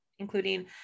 including